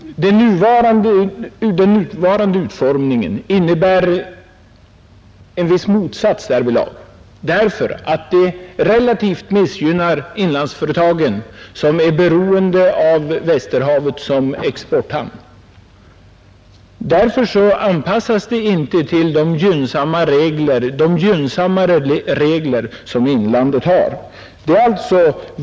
Den nuvarande utformningen innebär en viss motsats därvidlag, eftersom den relativt sett missgynnar inlandsföretagen, som är beroende av Västerhavet som exporthamn. Stödet anpassas ju inte till de gynnsammare regler som inlandet har.